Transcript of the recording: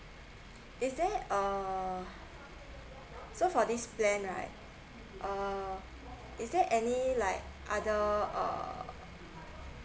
is there a so for this plan right uh is there any like other uh